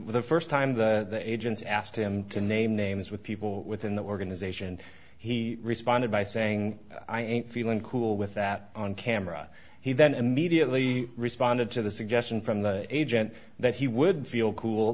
the first time the agents asked him to name names with people within the organization he responded by saying i ain't feelin cool with that on camera he then immediately responded to the suggestion from the agent that he would feel cool